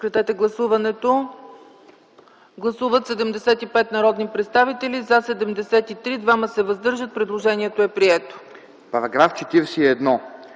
Параграф 1